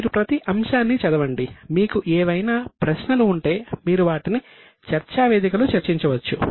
మీరు ప్రతి అంశాన్ని చదవండి మీకు ఏవైనా ప్రశ్నలు ఉంటే మీరు వాటిని చర్చా వేదికలో చర్చించవచ్చు